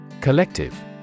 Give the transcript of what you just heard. COLLECTIVE